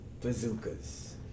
bazookas